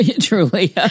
Truly